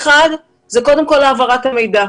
קודם כל, העברת המידע.